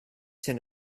soon